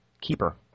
keeper